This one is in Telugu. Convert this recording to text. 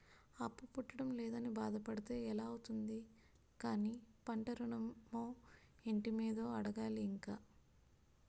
అప్పు పుట్టడం లేదని బాధ పడితే ఎలా అవుతుంది కానీ పంట ఋణమో, ఇంటి మీదో అడగాలి ఇంక